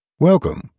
Welcome